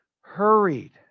hurried